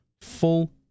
full